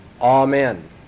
Amen